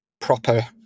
proper